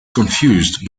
confused